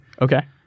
Okay